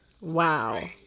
Wow